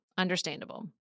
understandable